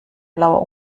blauer